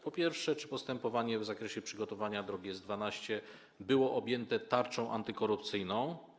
Po pierwsze, czy postępowanie w zakresie przygotowania drogi S12 było objęte tarczą antykorupcyjną?